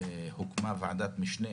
הוקמה ועדת משנה